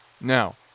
Now